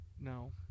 No